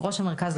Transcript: רגשית.